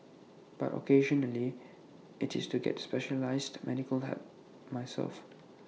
but occasionally IT is to get specialised medical help myself